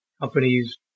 Companies